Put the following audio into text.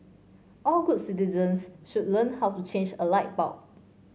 all good citizens should learn how to change a light bulb